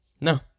no